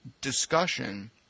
discussion